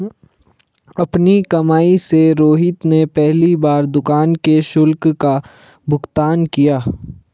अपनी कमाई से रोहित ने पहली बार दुकान के शुल्क का भुगतान किया